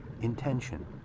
Intention